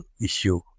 issue